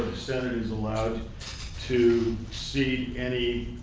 and is allowed to see any